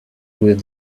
with